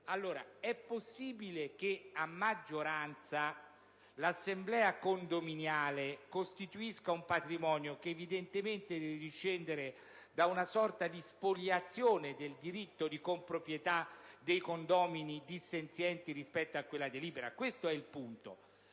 è possibile che, a maggioranza, l'assemblea condominiale costituisca un patrimonio, che evidentemente deve discendere da una sorta di spoliazione del diritto di comproprietà dei condomini dissenzienti rispetto a quella delibera? Questo è il punto.